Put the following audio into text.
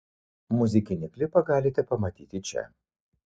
muzikinį klipą galite pamatyti čia